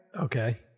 Okay